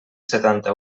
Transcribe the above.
setanta